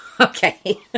Okay